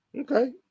Okay